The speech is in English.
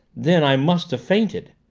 then i must have fainted.